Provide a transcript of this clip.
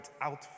out